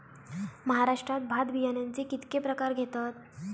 महाराष्ट्रात भात बियाण्याचे कीतके प्रकार घेतत?